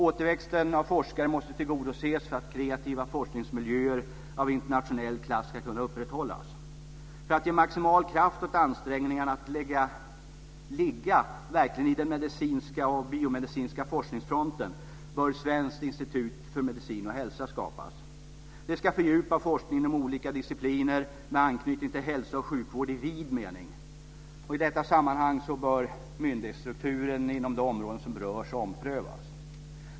Återväxten av forskare måste tillgodoses för att kreativa forskningsmiljöer av internationell klass ska kunna upprätthållas. För att ge maximal kraft åt ansträngningarna att verkligen ligga i den medicinska och biomedicinska forskningsfronten bör ett svenskt institut för medicin och hälsa skapas. Det ska fördjupa forskningen inom olika discipliner med anknytning till hälsa och sjukvård i vid mening. I detta sammanhang bör myndighetsstrukturen inom de områden som berörs omprövas.